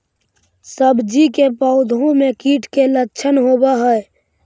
सब्जी के पौधो मे कीट के लच्छन होबहय?